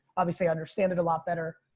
obviously i understand it a lot better.